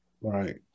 Right